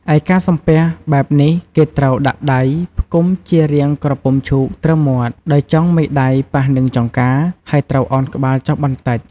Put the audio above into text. ឯការសំពះបែបនេះគេត្រូវ ដាក់ដៃផ្គុំគ្នាជារាងក្រពុំឈូកត្រឹមមាត់ ដោយចុងមេដៃប៉ះនឹងចង្កា ហើយត្រូវឱនក្បាលចុះបន្តិច។